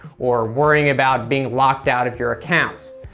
or worry about being locked out of your accounts.